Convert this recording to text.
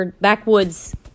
backwoods